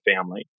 family